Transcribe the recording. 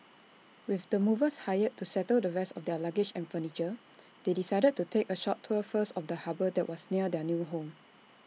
with the movers hired to settle the rest of their luggage and furniture they decided to take A short tour first of the harbour that was near their new home